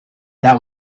that